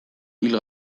hil